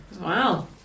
Wow